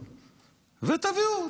ותביאו.